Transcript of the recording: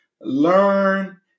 learn